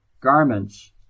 garments